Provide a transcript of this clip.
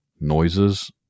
noises